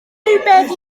rywbeth